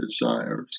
Desires